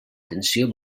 tensió